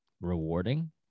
rewarding